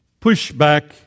pushback